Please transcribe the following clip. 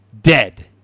dead